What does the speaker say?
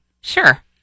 Sure